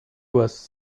was